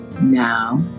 Now